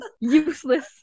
useless